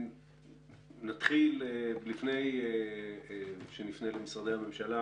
לפני שנפנה למשרדי הממשלה